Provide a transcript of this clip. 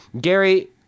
Gary